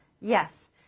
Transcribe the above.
yes